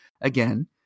again